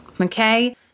Okay